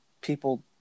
people